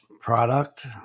product